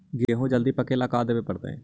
गेहूं जल्दी पके ल का देबे पड़तै?